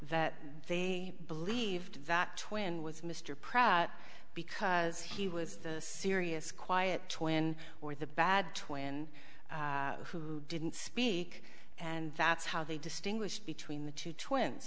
that they believed that twin was mr pratt because he was the serious quiet twin or the bad twin who didn't speak and that's how they distinguish between the two twins